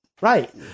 right